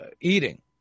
eating